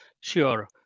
Sure